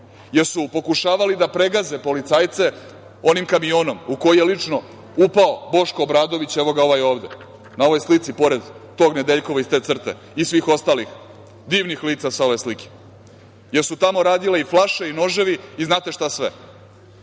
Jesu li pokušavali da pregaze policajce onim kamionom u koji je lično upao Boško Obradović, evo ga ovaj ovde na ovoj slici pred tog Nedeljkova iz te CRTE i svih ostalih divnih lica sa ove slike. Jesu li tamo radile i flaše i noževi i znate šta